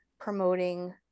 promoting